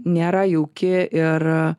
nėra jauki ir